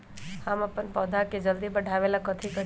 हम अपन पौधा के जल्दी बाढ़आवेला कथि करिए?